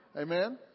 Amen